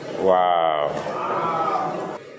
Wow